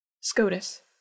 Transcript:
SCOTUS